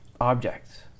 objects